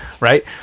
right